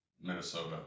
Minnesota